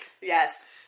Yes